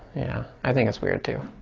yeah, i think it's weird, too.